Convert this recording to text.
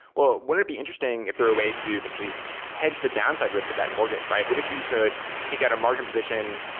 well, wouldn't it be interesting if there a way to potentially hedge the downside risk of that mortgage, right? what if you could take out a margin position,